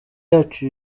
yacu